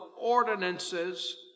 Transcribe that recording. ordinances